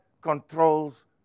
controls